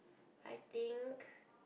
I think